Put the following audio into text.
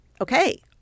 okay